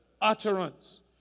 utterance